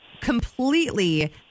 completely